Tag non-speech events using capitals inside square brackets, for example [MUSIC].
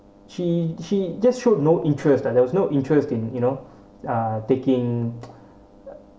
she she just showed no interest like there was no interest in you know uh taking [NOISE]